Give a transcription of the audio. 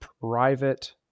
private